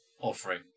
offering